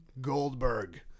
Goldberg